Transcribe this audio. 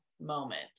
moment